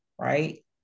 right